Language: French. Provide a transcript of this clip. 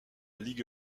ligue